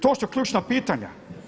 To su ključna pitanja.